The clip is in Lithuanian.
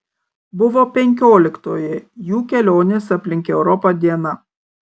buvo penkioliktoji jų kelionės aplink europą diena